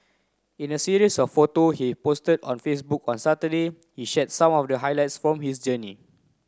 in a series of photo he posted on Facebook on Saturday he shared some of the highlights from his journey